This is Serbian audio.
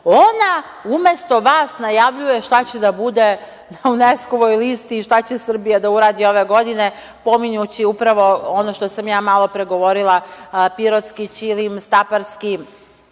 Ona umesto vas najavljuje šta će da bude na Uneskovoj listi i šta će Srbija da uradi ove godine, pominjući upravo ono što sam ja malopre govorila, pirotski ćilim, staparski